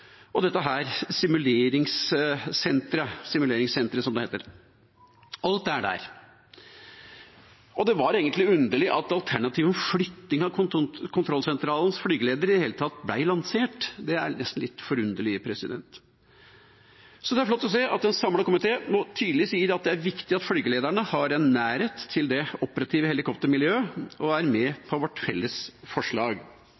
dette simuleringssenteret, som det kalles. Alt er der. Det var egentlig underlig at alternativet om flytting av kontrollsentralens flygeledere i det hele tatt ble lansert. Det er nesten litt forunderlig. Så det er flott å se at en samlet komité nå tydelig sier at det er viktig at flygelederne har en nærhet til det operative helikoptermiljøet, og er